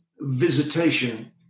visitation